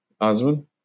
Osman